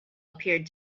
appeared